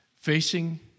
facing